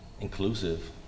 inclusive